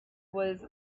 was